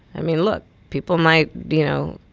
i mean, look people might, you know,